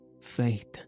faith